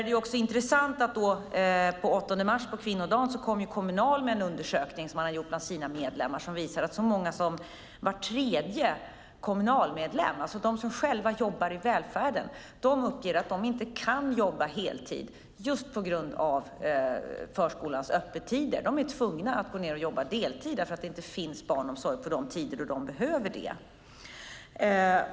Det är intressant att den 8 mars, på kvinnodagen, kom Kommunal med en undersökning som man hade gjort bland sina medlemmar som visar att så många som var tredje Kommunalmedlem, alltså de som själva jobbar i välfärden, uppger att de inte kan jobba heltid just på grund av förskolans öppettider. De är tvungna att börja jobba deltid därför att det inte finns barnomsorg på de tider då de behöver det.